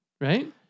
Right